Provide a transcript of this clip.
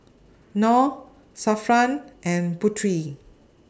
Nor Zafran and Putri